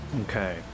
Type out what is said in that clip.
Okay